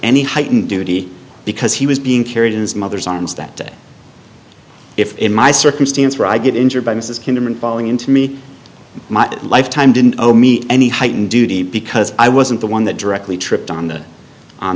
any heightened duty because he was being carried in his mother's arms that day if in my circumstance where i get injured by mrs kim and falling into me my lifetime didn't owe me any heightened duty because i wasn't the one that directly tripped on the on